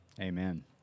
Amen